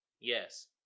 Yes